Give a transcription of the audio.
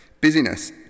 Busyness